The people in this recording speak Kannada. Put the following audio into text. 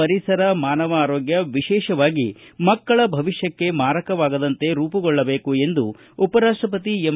ಪರಿಸರ ಮಾನವ ಆರೋಗ್ಯ ವಿಶೇ ವಾಗಿ ಮಕ್ಕಳ ಭವಿ ಕ್ಷೆ ಮಾರಕವಾಗದಂತೆ ರೂಪುಗೊಳ್ಳಬೇಕು ಎಂದು ಉಪರಾಷ್ಟಪತಿ ಎಂ